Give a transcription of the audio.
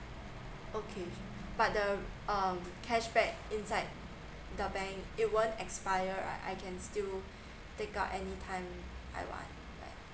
okay but the um cashback inside the bank it won't expire right uh I can still take out any time I want right